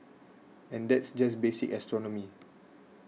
and that's just basic astronomy